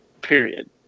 Period